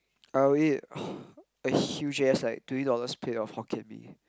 I would eat a huge ass like twenty dollars plate of Hokkien-Mee